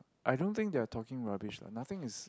I don't think they are talking rubbish lah nothing is